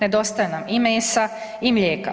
Nedostaje nam i mesa i mlijeka.